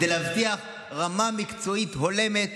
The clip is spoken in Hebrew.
כדי להבטיח רמה מקצועית הולמת